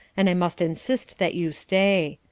and i must insist that you stay.